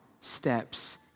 steps